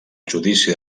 judici